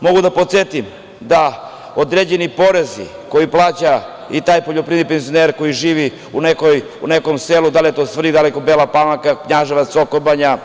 Mogu da podsetim da određeni porezi koje plaćaju ti poljoprivredni penzioneri koji žive u nekom selu, da li u Svrljigu, Beloj Palanci, Knjaževcu, Soko Banji,